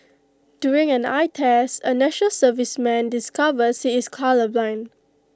during an eye test A National Serviceman discovers he is colourblind